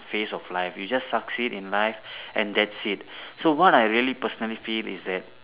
phase of life you just succeed in life and thats it so what I really personally feel is that